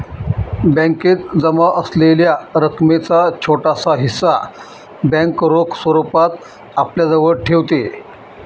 बॅकेत जमा असलेल्या रकमेचा छोटासा हिस्सा बँक रोख स्वरूपात आपल्याजवळ ठेवते